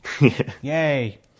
Yay